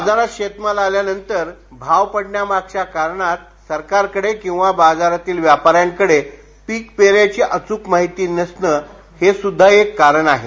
बाजारात शेतमाल आल्यानंतर भाव पडण्यामागच्या कारणात सरकारकडे किंवा बाजारातील व्यापाऱ्यांकडे पीक पेरायची अच्रक माहिती नसणं हे सुद्धा एक कारण आहे